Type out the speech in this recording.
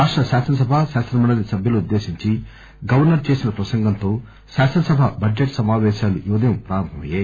రాష్ట శాసన సభ శాసన మండలి సభ్యులనుద్దేశించి గవర్నర్ చేసిన ప్రసంగంతో శాసన సభ బడ్జెట్ సామాపేశాలు ఈ ఉదయం ప్రారంభం అయ్యాయి